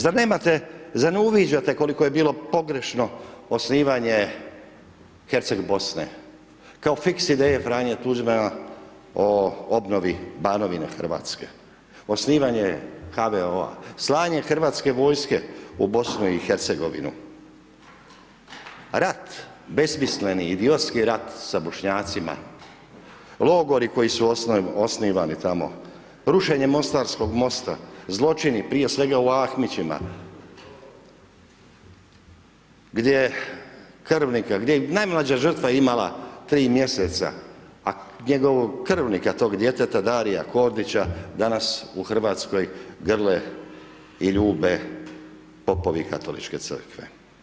Zar nemate, zar ne uviđate koliko je bilo pogrešno osnivanje Herceg Bosne, kao fiks ideje Franje Tuđmana o obnovi Banovine Hrvatske, osnivanje HVO-a, slanje hrvatske vojske u BiH, rat besmisleni, idiotski rat sa Bošnjacima, logori koji su osnivani tamo, rušenje mostarskoga mosta, zločini, prije svega u Ahmićima gdje je najmlađa žrtva imala 3 mjeseca, a njegovog krvnika tog djeteta Darija Kordića danas u RH grle i ljube popovi katoličke Crkve.